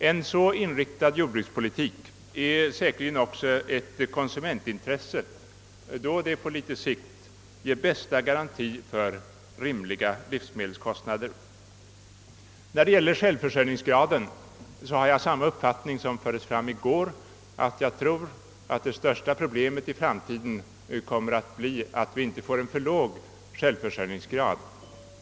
En så inriktad jordbrukspolitik är säkerligen också ett konsumtionsintresse, då den på litet sikt ger den bästa garantien för rimliga livsmedelskostnader. I fråga om självförsörjningsgraden tror jag att det största problemet i framtiden blir att se till att vi inte får för låg självförsörjning.